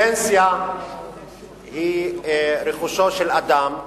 פנסיה היא רכושו של אדם,